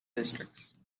districts